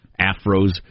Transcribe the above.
afros